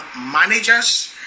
managers